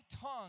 tongue